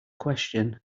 question